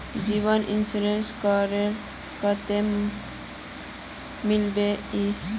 जीवन इंश्योरेंस करले कतेक मिलबे ई?